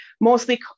mostly